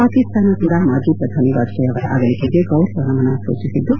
ಪಾಕಿಸ್ತಾನ ಕೂಡ ಮಾಜಿ ಪ್ರಧಾನಿ ವಾಜಹೇಯಿ ಅವರ ಅಗಲಿಕೆಗೆ ಗೌರವ ನಮನ ಸೂಚಿಸಿದ್ದು